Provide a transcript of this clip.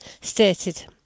stated